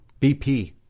BP